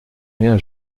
rien